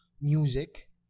music